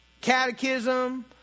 Catechism